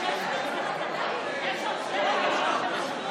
איתן, הן מוצמדות, אי-אפשר להפריד אותן.